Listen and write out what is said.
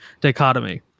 dichotomy